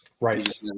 Right